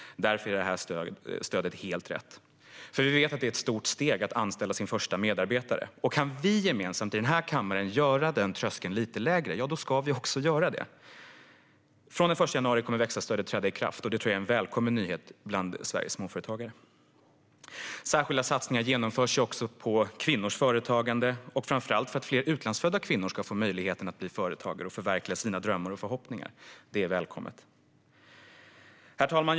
Därför är detta stöd helt rätt. Vi vet att det är ett stort steg att anställa sin första medarbetare. Om vi gemensamt i den här kammaren kan göra den tröskeln lite lägre ska vi också göra det. Från den 1 januari kommer växa-stödet att träda i kraft, och jag tror att det är en välkommen nyhet bland Sveriges småföretagare. Särskilda satsningar genomförs på kvinnors företagande, framför allt för att fler utlandsfödda kvinnor ska få möjligheten att bli företagare och förverkliga sina drömmar och förhoppningar. Det är välkommet. Herr talman!